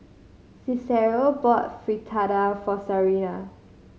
Cicero bought Fritada for Sarina